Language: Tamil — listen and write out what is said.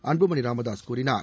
அன்புமணி ராமதாஸ் கூறினார்